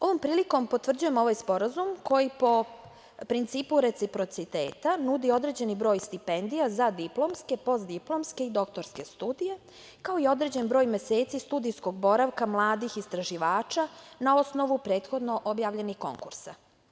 Ovom prilikom potvrđujemo ovaj sporazum koji, po principu reciprociteta, nudi određeni broj stipendija za diplomske, postdiplomske i doktorske studije, kao i određen broj meseci studijskog boravka mladih istraživača na osnovu prethodno objavljenih konkursa.